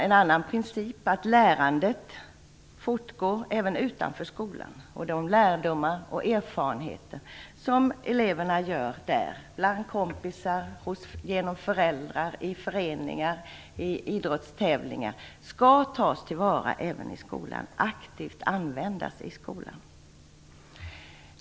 En annan princip är att lärandet fortgår även utanför skolan, och de lärdomar och erfarenheter som eleverna gör där, bland kompisar, genom föräldrar, i föreningar och i idrottstävlingar, skall tas till vara och aktivt användas även i skolan.